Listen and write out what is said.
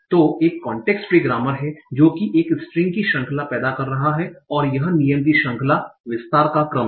तो एक context free grammar है जो की एक स्ट्रिंग की श्रृंखला पैदा कर रहा है और यह नियम की श्रृंखला विस्तार का क्रम हैं